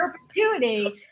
perpetuity